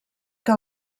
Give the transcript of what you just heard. que